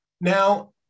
Now